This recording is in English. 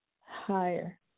higher